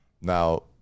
Now